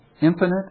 infinite